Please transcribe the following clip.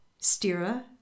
Stira